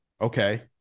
okay